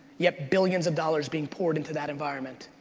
yet billions of dollars being poured into that environment.